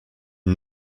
une